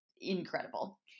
incredible